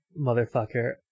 motherfucker